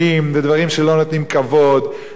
בדברים שלא נותנים כבוד ומתישים,